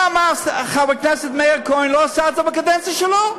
למה חבר הכנסת מאיר כהן לא עשה את זה בקדנציה שלו?